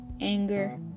anger